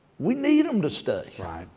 we need them to stay. right.